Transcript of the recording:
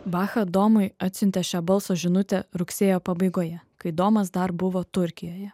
bacha domui atsiuntė šią balso žinutę rugsėjo pabaigoje kai domas dar buvo turkijoje